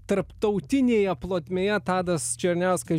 tarptautinėje plotmėje tadas černiauskas